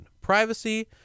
privacy